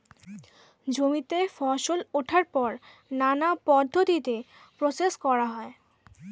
জমিতে ফসল ওঠার পর নানা পদ্ধতিতে প্রসেস করা হয়